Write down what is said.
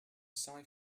sci